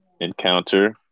encounter